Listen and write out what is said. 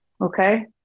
Okay